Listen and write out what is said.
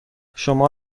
شما